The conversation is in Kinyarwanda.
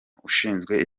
ushinzwe